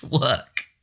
work